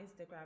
Instagram